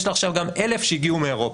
יש לה עכשיו גם 1,000 שהגיעו מאירופה,